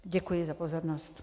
Děkuji za pozornost.